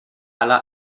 ala